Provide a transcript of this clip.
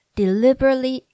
deliberately